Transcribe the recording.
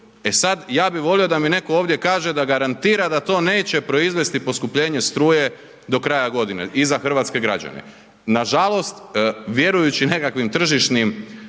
E sad ja bi volio da mi netko ovdje kaže da garantira da to neće proizvesti poskupljenje struje do kraja godine i za hrvatske građane. Nažalost vjerujući nekakvim tržišnim